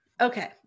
okay